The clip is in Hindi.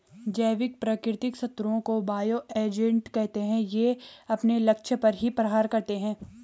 जैविक प्राकृतिक शत्रुओं को बायो एजेंट कहते है ये अपने लक्ष्य पर ही प्रहार करते है